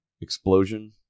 explosion